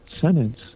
sentence